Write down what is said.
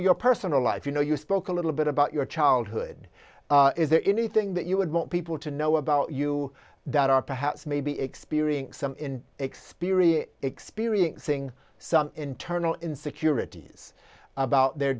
your personal life you know you spoke a little bit about your childhood is there anything that you would want people to know about you that are perhaps maybe experiencing some experience experiencing some internal insecurities about their